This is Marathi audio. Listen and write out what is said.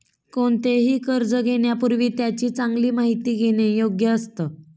कोणतेही कर्ज घेण्यापूर्वी त्याची चांगली माहिती घेणे योग्य असतं